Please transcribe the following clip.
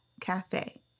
Cafe